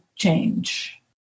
change